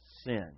sin